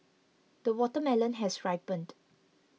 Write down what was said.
the watermelon has ripened